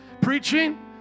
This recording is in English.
preaching